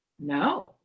No